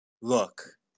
look